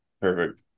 Perfect